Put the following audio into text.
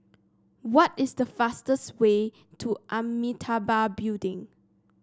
what is the fastest way to Amitabha Building